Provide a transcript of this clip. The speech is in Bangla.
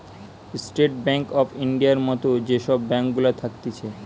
স্টেট বেঙ্ক অফ ইন্ডিয়ার মত যে সব ব্যাঙ্ক গুলা থাকছে